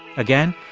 again,